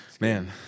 Man